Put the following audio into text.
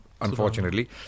unfortunately